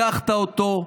לקחת אותו,